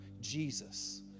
Jesus